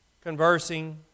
conversing